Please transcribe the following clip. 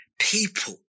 people